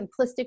simplistic